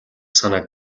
санааг